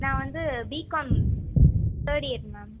நான் வந்து BCom third year ma'am